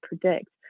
predict